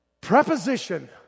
Preposition